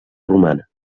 romana